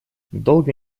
долго